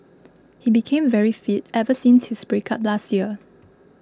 he became very fit ever since his breakup last year